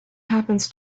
happens